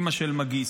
אימא של מאגיסט.